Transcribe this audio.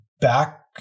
back